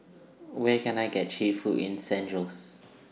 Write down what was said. Where Can I get Cheap Food in San Jose